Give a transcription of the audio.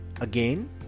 again